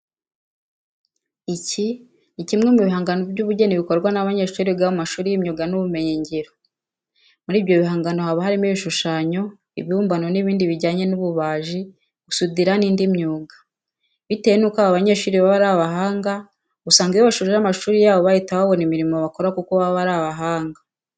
Iki ni kimwe mu bihangano by'ubugeni bikorwa n'abanyeshuri biga mu mashuri y'imyuga n'ibumenyingiro. Muri ibyo bihangano haba harimo ibishushanyo, ibibumbano n'ibindi bijyanye n'ububaji, gusudira n'indi myuga. Bitewe nuko aba banyeshuri baba ari abahanga usanga iyo basoje amashuri yabo bahita babona imirimo bakora kuko baba ari abahanga.